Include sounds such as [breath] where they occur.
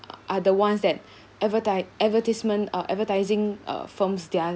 are the ones that [breath] advertise advertisement uh advertising uh firms they're